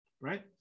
right